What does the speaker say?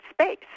space